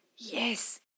Yes